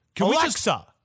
Alexa